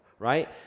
right